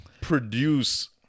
produce